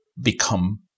become